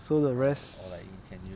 so the rest